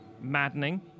maddening